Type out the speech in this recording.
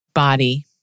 Body